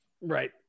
Right